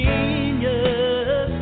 Genius